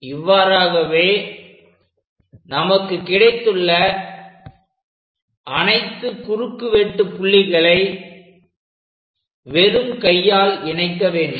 இவ்வாறாகவே நமக்கு கிடைத்துள்ள அனைத்து குறுக்கு வெட்டு புள்ளிகளை வெறும் கையால் நினைக்க வேண்டும்